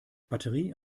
batterie